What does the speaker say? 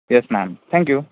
yes ma'am thank you